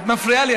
את מפריעה לי.